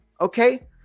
Okay